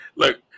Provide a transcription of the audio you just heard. Look